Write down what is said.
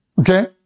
Okay